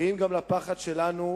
קהים גם לפחד שלנו,